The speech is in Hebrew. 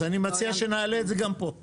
אז אני מציע שנעלה את זה גם פה.